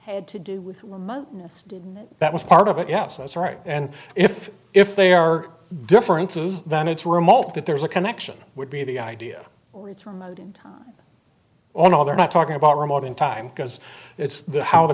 had to do with money that was part of it yes that's right and if if they are differences then it's remote that there's a connection would be the idea all they're not talking about remote in time because it's how the